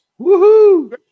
Woohoo